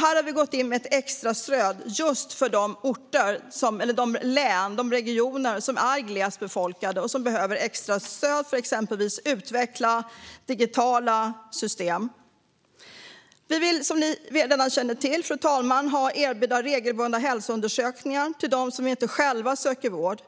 Här har vi gått in med ett extra stöd för just de län och regioner som är glest befolkade och som behöver extra stöd för att exempelvis utveckla digitala system. Som alla redan känner till, fru talman, vill vi erbjuda regelbundna hälsoundersökningar till dem som själva inte söker vård.